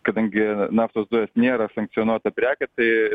kadangi naftos dujos nėra sankcionuota prekė tai